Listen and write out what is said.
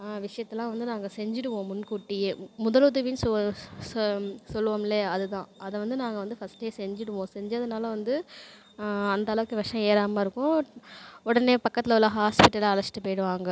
விஷயத்தெலாம் வந்து நாங்கள் செஞ்சுடுவோம் முன்கூட்டியே முதலுதவின்னு சொ சொ சொல்லுவோம் இல்லையா அதுதான் அதை வந்து நாங்கள் வந்து ஃபஸ்ட்டே செஞ்சுடுவோம் செஞ்சதினால வந்து அந்தளவுக்கு விஷம் ஏறாமல் இருக்கும் உடனே பக்கத்தில் உள்ள ஹாஸ்பிட்டல் அழைச்சிட்டு போய்விடுவாங்க